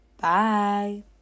Bye